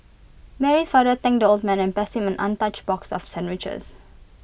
Mary's father thanked the old man and passed him an untouched box of sandwiches